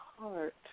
heart